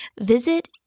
Visit